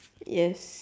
yes